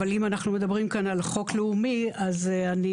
אבל אם אנחנו מדברים כאן על חוק לאומי אז אני